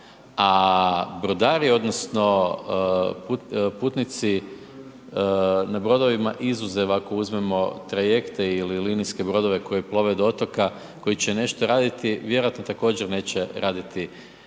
A brodari odnosno putnici na brodovima izuzev ako uzmemo trajekte ili linijske brodove koji plove do otoka koji će nešto raditi, vjerojatno također neće raditi u onom